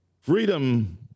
freedom